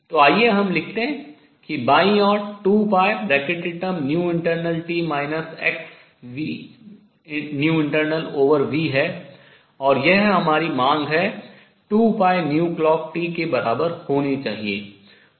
तो आइए हम लिखते हैं कि बाईं ओर 2internalt xinternalv है और यह हमारी मांग 2clockt के बराबर होनी चाहिए